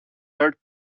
dirt